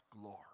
glory